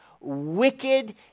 wicked